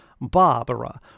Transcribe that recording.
Barbara